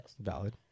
Valid